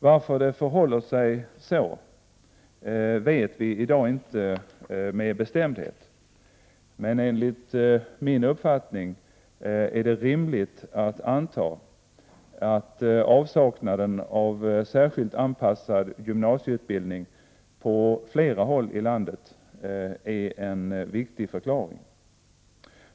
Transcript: Varför det förhåller sig så vet vi i dag inte med bestämdhet, men enligt min uppfattning är det rimligt att anta att avsaknaden av särskilt anpassad gymnaiseutbildning på flera håll i landet är en viktig förklaring.